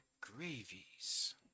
gravies